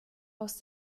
aus